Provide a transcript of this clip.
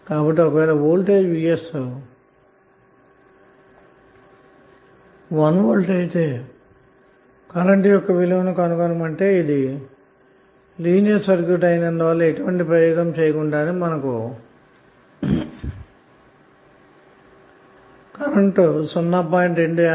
అలాగేఒక వేళ వోల్టేజ్vsఅన్నది 1వోల్ట్ అయితే ఇది లీనియర్ సర్క్యూట్ అయినందువల్ల ఎటువంటి ప్రయోగము చేయకుండానే మనం కరెంట్ విలువ 0